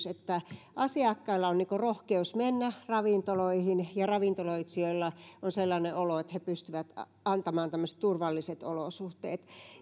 että asiakkailla on rohkeus mennä ravintoloihin ja ravintoloitsijoilla on sellainen olo että he pystyvät antamaan tällaiset turvalliset olosuhteet